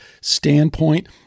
standpoint